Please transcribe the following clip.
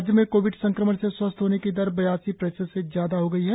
राज्य में कोविड संक्रमण से स्वस्थ होने की दर बयासी प्रतिशत से ज्यादा हो गयी है